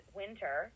winter